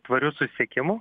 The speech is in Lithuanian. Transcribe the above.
tvariu susiekimu